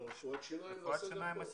רפואת השיניים,